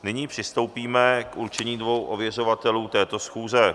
Nyní přistoupíme k určení dvou ověřovatelů této schůze.